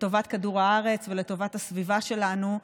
לטובת כדור הארץ ולטובת הסביבה שלנו,